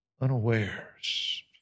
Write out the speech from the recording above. unawares